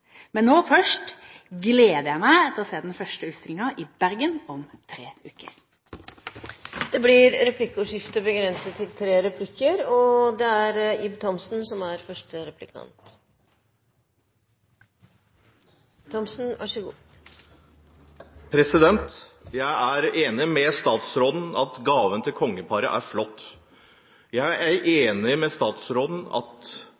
Men nå først gleder jeg meg til å se den første utstillingen i Bergen om tre uker. Det blir replikkordskifte. Jeg er enig med statsråden i at gaven til kongeparet er flott. Jeg er enig med statsråden i at de forskjellige utstillingene som nå reiser rundt omkring i landet, også er